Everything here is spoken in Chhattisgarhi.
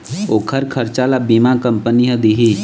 ओखर खरचा ल बीमा कंपनी ह दिही